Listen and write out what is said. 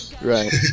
Right